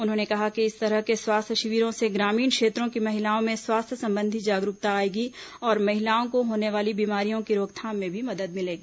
उन्होंने कहा कि इस तरह के स्वास्थ्य शिविरों से ग्रामीण क्षेत्रों की महिलाओं में स्वास्थ्य संबंधी जागरूकता आएगी और महिलाओं को होने वाली बीमारियों की रोकथाम में भी मदद मिलेगी